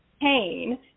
pain